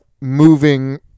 moving